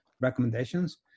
recommendations